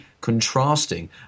contrasting